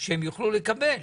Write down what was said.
שהם יוכלו לקבל.